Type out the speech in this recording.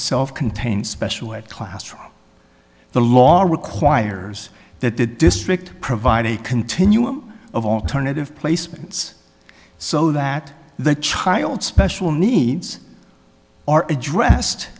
self contained special ed class trial the law requires that the district provide a continuum of alternative placements so that the child special needs are addressed